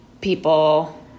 people